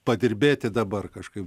padirbėti dabar kažkaip